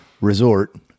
resort